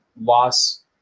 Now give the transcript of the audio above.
loss